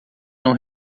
não